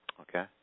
Okay